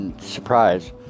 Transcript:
surprise